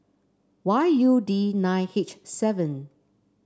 Y U D nine H seven